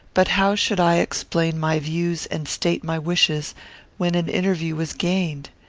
but how should i explain my views and state my wishes when an interview was gained?